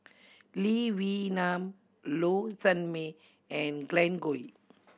Lee Wee Nam Low Sanmay and Glen Goei